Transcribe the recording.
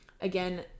Again